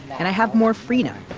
and i have more freedom.